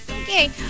Okay